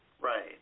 Right